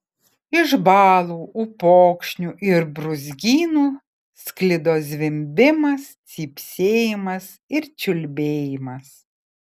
iš balų upokšnių ir brūzgynų sklido zvimbimas cypsėjimas ir čiulbėjimas